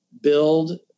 build